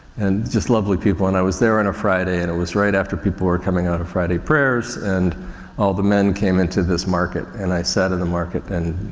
and just lovely people. and i was there on a friday and it was right after people were coming out of friday prayers and all of the men came into this market and i sat in the market and,